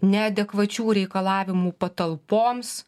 neadekvačių reikalavimų patalpoms